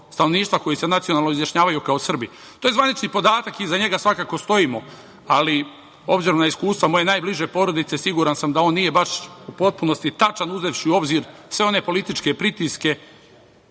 stanovništva koji se nacionalno izjašnjavaju kao Srbi. To je zvanični podatak, iza njega svakako stojimo, ali obzirom na iskustva moje najbliže porodice, siguran sam da on nije baš u potpunosti tačan, uzevši u obzir sve one političke pritiske